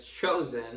chosen